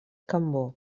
cambó